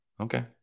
Okay